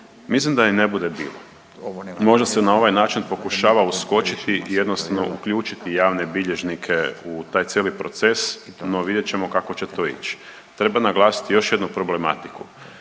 mislim da i ne bude bilo. Možda se na ovaj način pokušava uskočiti, jednostavno uključiti javne bilježnike u taj cijeli proces, no vidjet ćemo kako će to ići. Treba naglasiti još jednu problematiku